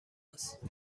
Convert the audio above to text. است